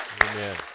Amen